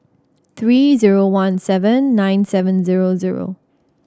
three zero one seven nine seven zero zero